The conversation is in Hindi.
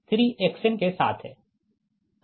तो यह 3 Xn होगा